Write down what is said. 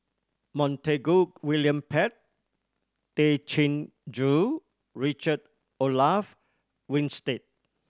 Montague William Pett Tay Chin Joo Richard Olaf Winstedt